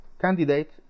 candidate